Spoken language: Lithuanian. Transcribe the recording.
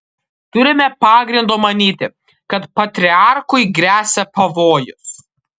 turime pagrindo manyti kad patriarchui gresia pavojus